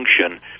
function